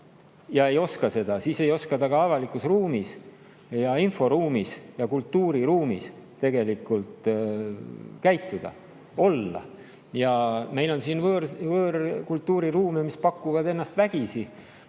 ei oska seda, see ei oska ka avalikus ruumis ja inforuumis ja kultuuriruumis tegelikult käituda ja olla. Ja meil on siin võõrkultuuri ruumi, mis pakub ennast vägisi.